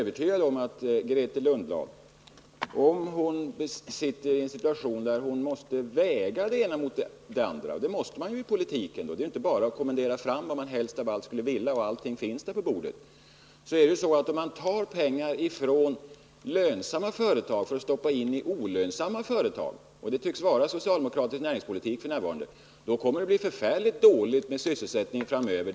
Vi befinner oss i en situation där vi måste väga det ena mot det andra — och det måste man ju i politiken, för det är inte bara att kommendera fram det man helst av allt skulle vilja ha gjort och att allting sedan finns framdukat på bordet. Den socialdemokratiska näringspolitiken tycks f. n. gå ut på att man skall ta pengar från lönsamma företag för att stoppa in dem i olönsamma företag. Men en sådan politik skulle innebära att det blev förfärligt dåligt med sysselsättningen framöver.